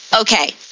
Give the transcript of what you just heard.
Okay